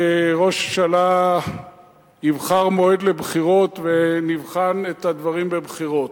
שראש הממשלה יבחר מועד לבחירות ונבחן את הדברים בבחירות.